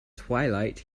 twilight